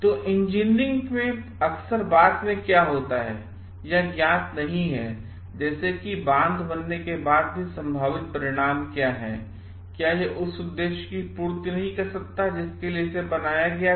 तो इंजीनियरिंग में अक्सर बाद में क्या होता है यह ज्ञात नहीं है जैसे कि बांध बनने के बाद भी संभावित परिणाम क्या हैंयह उस उद्देश्य की पूर्ति नहीं कर सकता जिसके लिए इसे बनाया गया था